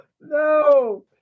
No